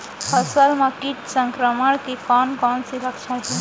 फसल म किट संक्रमण के कोन कोन से लक्षण हे?